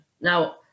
Now